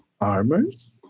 Armors